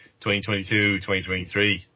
2022-2023